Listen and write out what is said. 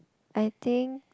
I think